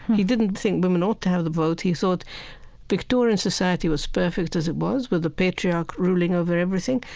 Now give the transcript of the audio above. he didn't think women ought to have the vote. he thought victorian society was perfect as it was, with a patriarch ruling over everything,